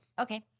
Okay